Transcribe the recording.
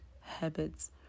habits